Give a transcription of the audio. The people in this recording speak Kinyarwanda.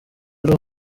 ari